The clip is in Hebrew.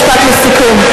משפט לסיכום,